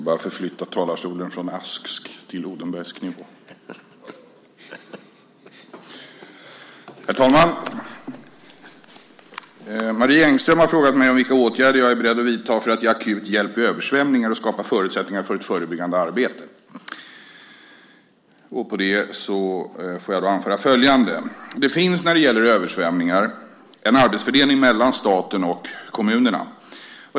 Herr talman! Marie Engström har frågat mig vilka åtgärder jag är beredd att vidta för att ge akut hjälp vid översvämningar och skapa förutsättningar för ett förebyggande arbete. På det får jag anföra följande. Det finns, när det gäller översvämningar, en arbetsfördelning mellan staten och kommunerna.